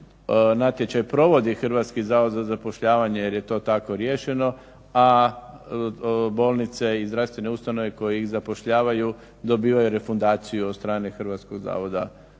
Natječaj provodi Hrvatski zavod za zapošljavanje jer je to tako riješeno, a bolnice i zdravstvene ustanove koje ih zapošljavaju dobivaju refundaciju od strane Hrvatskog zavoda